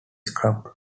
scrub